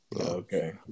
Okay